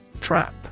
Trap